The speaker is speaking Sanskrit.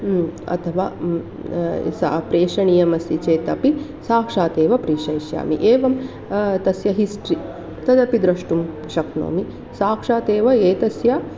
अथवा सा प्रेषणीयमस्ति चेत् अपि साक्षातेव प्रेषयिष्यामि एवं तस्य हिस्ट्रि तदपि द्रष्टुं शक्नोमि साक्षातेव एतस्य